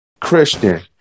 christian